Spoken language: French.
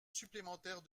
supplémentaire